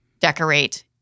decorate